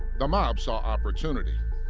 the mob saw opportunity.